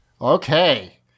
Okay